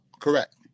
Correct